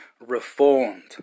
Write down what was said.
Reformed